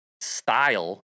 Style